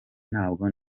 ntabwo